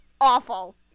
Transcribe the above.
awful